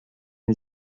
nhw